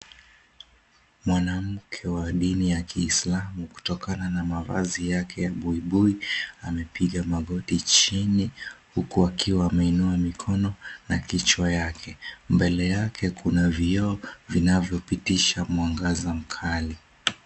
Mwanamke wa dini ya kiislamu kutokana na mavazi yake ya buibui amepiga magoti chini huku akiwa ameinua mikono na kichwa yake. Mbele yake kuna vioo vinavyopitisha mwangaza mkali.